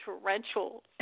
torrential